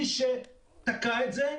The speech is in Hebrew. מי שתקע את זה,